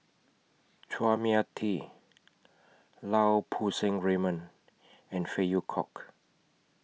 Chua Mia Tee Lau Poo Seng Raymond and Phey Yew Kok